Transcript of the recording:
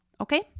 Okay